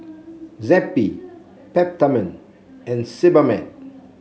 Zappy Peptamen and Sebamed